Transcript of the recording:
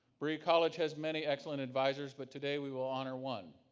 berea college has many excellent advisors but today we will honor one.